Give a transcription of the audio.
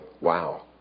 Wow